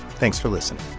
thanks for listening